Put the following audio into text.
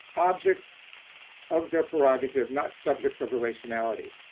objects of their prerogative, not subjects of relationality.